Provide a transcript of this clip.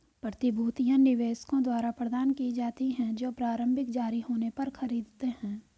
प्रतिभूतियां निवेशकों द्वारा प्रदान की जाती हैं जो प्रारंभिक जारी होने पर खरीदते हैं